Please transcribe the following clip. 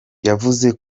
yavuze